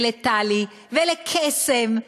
לטלי ולקסם,